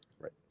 Right